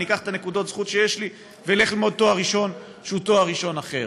אקח את נקודות הזכות שיש לי ואלך ללמוד תואר ראשון שהוא תואר ראשון אחר.